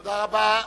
תודה רבה.